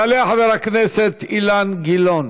יעלה חבר הכנסת אילן גילאון,